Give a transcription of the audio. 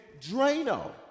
Drano